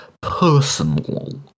personal